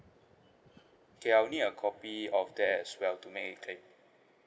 K I'll need a copy of that as well to make a claim